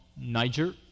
Niger